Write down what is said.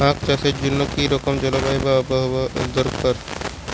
আখ চাষের জন্য কি রকম জলবায়ু ও আবহাওয়া দরকার?